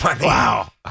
Wow